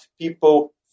people